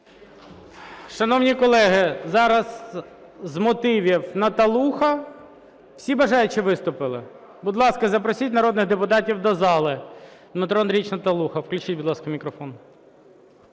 Шановні колеги, зараз з мотивів Наталуха. Всі бажаючі виступили? Будь ласка, запросіть народних депутатів до зали. Дмитро Андрійович Наталуха. Включіть, будь ласка, мікрофон.